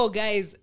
guys